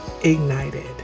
Ignited